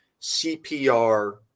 CPR